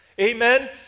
Amen